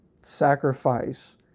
sacrifice